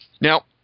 Now